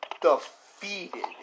defeated